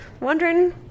wondering